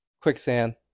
quicksand